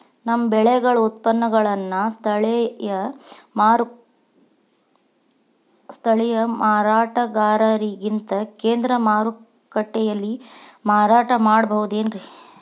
ನಮ್ಮ ಬೆಳೆಗಳ ಉತ್ಪನ್ನಗಳನ್ನ ಸ್ಥಳೇಯ ಮಾರಾಟಗಾರರಿಗಿಂತ ಕೇಂದ್ರ ಮಾರುಕಟ್ಟೆಯಲ್ಲಿ ಮಾರಾಟ ಮಾಡಬಹುದೇನ್ರಿ?